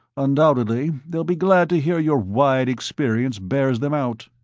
undoubtedly, they'll be glad to hear your wide experience bears them out.